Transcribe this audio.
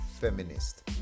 feminist